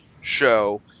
show